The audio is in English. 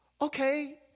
Okay